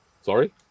Sorry